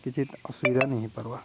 କିିଛି ଅସୁବିଧା ନେଇଁ ପାର୍ବା